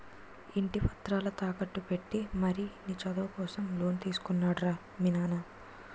ఇంటి పత్రాలు తాకట్టు పెట్టి మరీ నీ చదువు కోసం లోన్ తీసుకున్నాడు రా మీ నాన్న